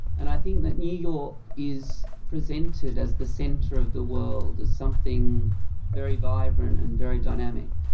and i think that new york is presented as the centre of the world, as something very vibrant and very dynamic.